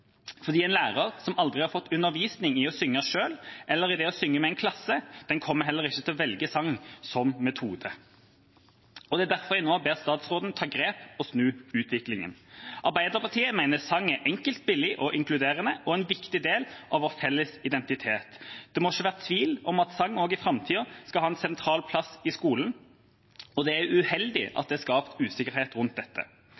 en lærer som aldri har fått undervisning i å synge selv eller i det å synge med en klasse, kommer heller ikke til å velge sang som metode. Det er derfor jeg nå ber statsråden ta grep og snu utviklingen. Arbeiderpartiet mener sang er enkelt, billig og inkluderende og en viktig del av vår felles identitet. Det må ikke være tvil om at sang også i framtida skal ha en sentral plass i skolen, og det er uheldig